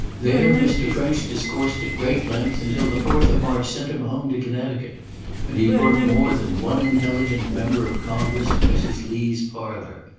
there mr. french discoursed at great length, until the fourth of march sent him home to connecticut and he brought more than one intelligent member of congress to mrs. lee's parlour.